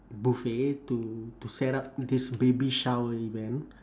buffet to to set up this baby shower event